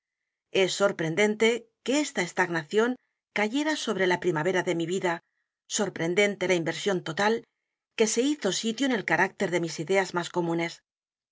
es sorprendente berenice o que esta estagnación cayera sobre la primavera de mi vida sorprendente la inversión total que se hizo sitio en el carácter de mis ideas más comunes